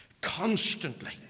constantly